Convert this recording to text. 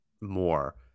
more